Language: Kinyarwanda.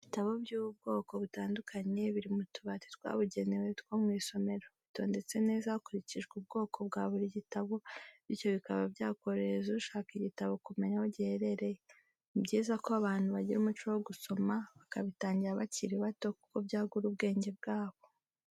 Ibitabo by'ubwoko butandukanye biri mu tubati twabugenewe two mu isomero, bitondetse neza hakurikijwe ubwoko bwa buri gitabo bityo bikaba byakorohereza ushaka igitabo kumenya aho giherereye, ni byiza ko abantu bagira umuco wo gusoma bakabitangira bakiri bato kuko byagura ubwenge bwabo.